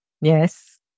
Yes